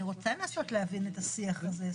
אני רוצה לנסות להבין את השיח הזה.